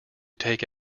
take